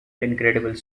incredible